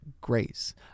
grace